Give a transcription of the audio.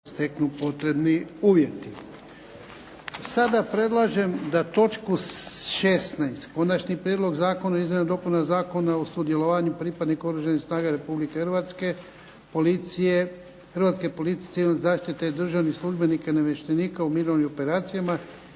**Jarnjak, Ivan (HDZ)** Sada predlažem da točku 16. Konačni prijedlog zakona o izmjenama i dopunama Zakona o sudjelovanju pripadnika Oružanih snaga Republike Hrvatske, Hrvatske policije, civilne zaštite i državnih službenika i namještenika u mirovnim operacijama